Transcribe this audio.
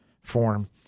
form